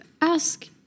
ask